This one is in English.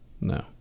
No